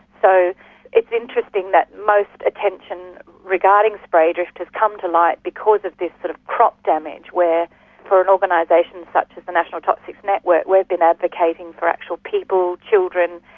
so it's interesting that most attention regarding spray drift has come to light because of this sort of crop damage where for an organisation such as the national toxics network we've been advocating for actual people, children,